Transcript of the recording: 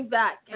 back